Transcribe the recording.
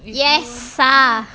yes ah